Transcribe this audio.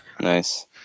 Nice